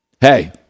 Hey